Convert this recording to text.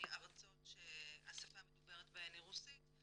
מארצות שהשפה המדוברת בהן היא רוסית.